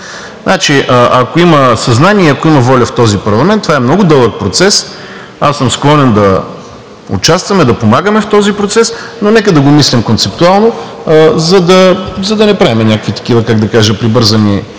дразнят. Ако има съзнание, ако има воля в този парламент, това е много дълъг процес, аз съм склонен да участваме и да помагаме в този процес, но нека да го мислим концептуално, за да не правим някакви такива, как да кажа, прибързани